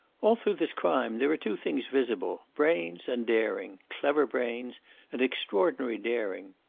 all through this crime there are two things visible brains and daring clever brains and extraordinary daring.